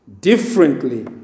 differently